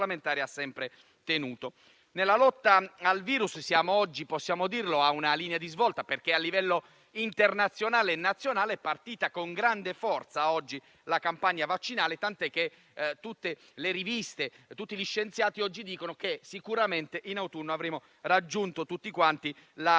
ha sempre tenuto. Nella lotta al virus siamo oggi a una linea di svolta, possiamo dirlo, perché a livello internazionale e nazionale è partita con grande forza la campagna vaccinale, tant'è che tutte le riviste e tutti gli scienziati dicono che sicuramente in autunno avremo raggiunto l'immunità;